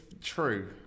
True